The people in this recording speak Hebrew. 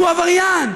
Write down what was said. שהוא עבריין,